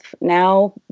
now